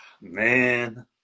Man